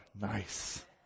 nice